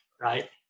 right